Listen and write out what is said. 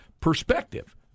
perspective